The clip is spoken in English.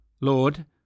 Lord